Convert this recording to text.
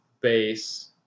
base